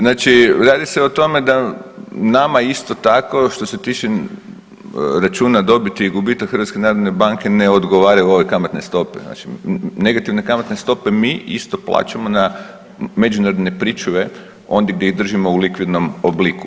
Znači radi se o tome da nama isto tako, što se tiče računa dobiti i gubitaka HNB-a ne odgovaraju ove kamatne stope znači negativne kamatne stope mi isto plaćamo na međunarodne pričuve ondje gdje ih držimo u likvidnom obliku.